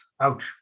Ouch